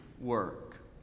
work